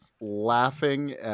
laughing